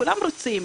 כולם רוצים,